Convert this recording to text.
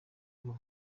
vuba